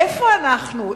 איפה אנחנו?